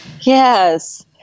Yes